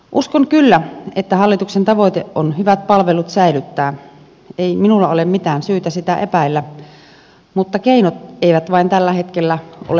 uskon kyllä että hallituksen tavoite on hyvät palvelut säilyttää ei minulla ole mitään syytä sitä epäillä mutta keinot eivät vain tällä hetkellä ole selviä